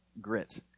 Grit